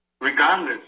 regardless